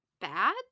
bad